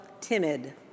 timid